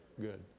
Good